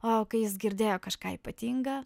o kai jis girdėjo kažką ypatinga